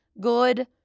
good